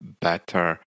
better